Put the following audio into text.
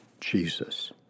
Jesus